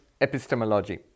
epistemology